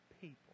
People